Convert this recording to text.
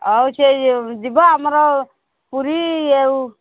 ହଉ ସେ ଯିବ ଆମର ପୁରୀ ଆଉ